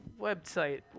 website